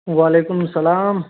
وعیلکم اسلام